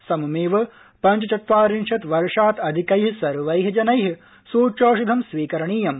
सममेव पञ्चचत्वारिशत् वर्षात् अधिकै सर्वै जनै सूच्यौषधं स्वीकरणीयम्